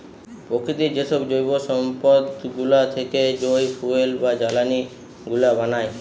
প্রকৃতির যেসব জৈব সম্পদ গুলা থেকে যই ফুয়েল বা জ্বালানি গুলা বানায়